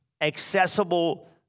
accessible